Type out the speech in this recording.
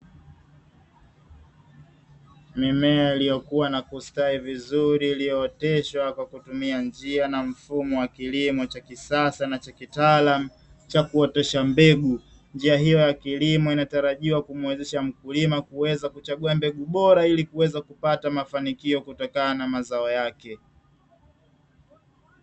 Mimea iliyokuwa na kustawi vizuri iliyooteshwa kwa kutumia njia na mfumo wa kilimo cha kisasa na chakitaalamu cha kuotesha mbegu njia hiyo ya kilimo, inatarajiwa kumwezesha mkulima kuweza kuchagua mbegu bora ili kuweza kupata mafanikio kutokana na mazao yake.